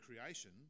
creation